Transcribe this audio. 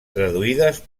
traduïdes